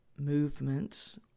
movements